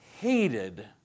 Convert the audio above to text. hated